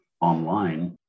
online